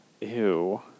Ew